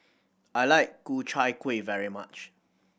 I like Ku Chai Kuih very much